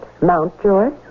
Mountjoy